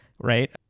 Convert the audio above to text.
right